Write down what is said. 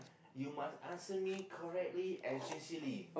you must answer me correctly and sincerely